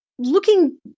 looking